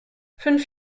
fünf